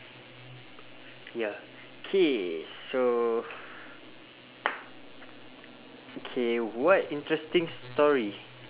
K you get the resources resources to spend the next decade making an impact on your local community how do you help